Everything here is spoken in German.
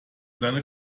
seine